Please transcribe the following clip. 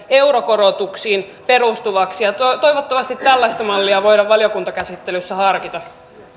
eurokorotuksiin perustuvaksi ja toivottavasti tällaista mallia voidaan valiokuntakäsittelyssä harkita